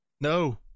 No